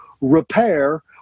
repair